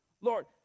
Lord